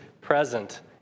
present